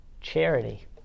charity